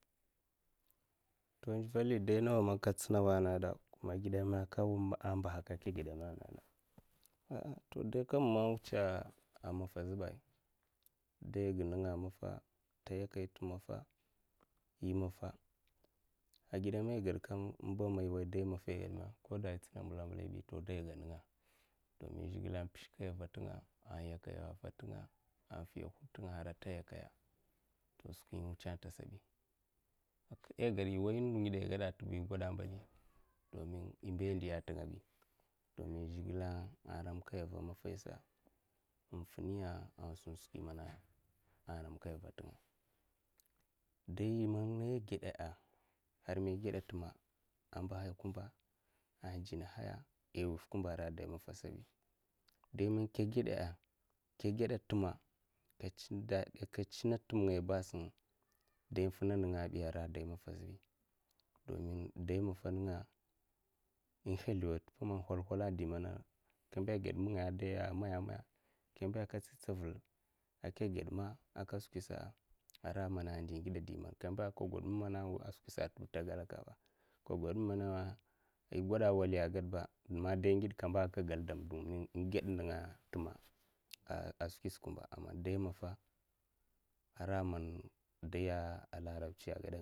Te ndevuya dainawa maka tsinawa nagada ma gidame ambahaka a'a, daikam man wutsa matta a, zhbai daiga ninga'a, maffa ta yakai ita maffa imaffa igame aigedkam im'ba man i wai dai maffa ai gedme koda itsina mbla mblabi to daiga ninga'a, dumin zhikle a pishkaya a va'tinga'a, afiya hod tinga har man ata yakaya toskwi in wutsa satabi aigeda wai ndumene ngidek aigadata a mbali dumin imbai ndiya tingabi dumin zhikle a ramkaya ava maffaisa infinya a sinsuki man a ramkaya va tinga'a daima man mai geda'a, har man igeda timma a mbahaya kumba a jinahaya ai wuff kumba ara dai maffasabi dai man kaguda'a, kageda timma katsina dadi katsina timgai basin dai infina ninga abi ara dai maffabi dumin dai maffa ninga'a. in hasldawa tippa halhala indimena ka mba ged m'ngaya a kamba tsavil a ka gad m'ngaya daiya maya maya kamba tsitsavik a ka gedma ara man mana ndi ngida ka mba ma skwisa ara man skwi ngida a mana skwisa a ta gwalakaba ka gud m'mane igwa'a waliya a ka gwaba man dai ngide ka kaldam dumin ingedninga'a timma'a skwisa kumba aman dai maffa ara man daiya. larabtsi ageda ngaya.